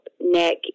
neck